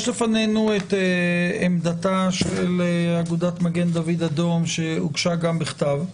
יש לפנינו את עמדתה של אגודת מגן דוד אדום שהוגשה גם בכתב.